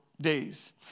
days